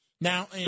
Now